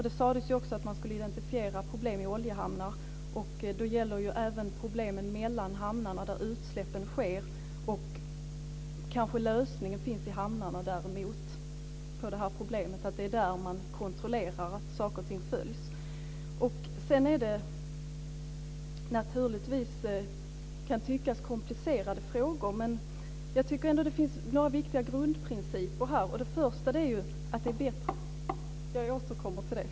Det sades också att man skulle identifiera problem i oljehamnar. Men problemet finns även mellan hamnarna där utsläppen sker. Däremot kanske lösningen på problemet finns i hamnarna, att man där kontrollerar att reglerna följs. Detta kan tyckas vara komplicerade frågor. Jag tycker ändå att det finns några viktiga grundprinciper, men jag får återkomma till dem.